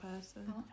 person